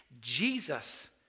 Jesus